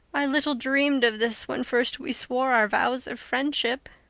i little dreamed of this when first we swore our vows of friendship.